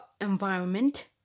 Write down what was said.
environment